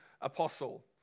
apostle